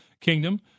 kingdom